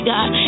God